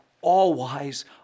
all-wise